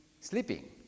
sleeping